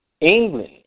England